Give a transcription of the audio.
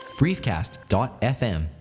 briefcast.fm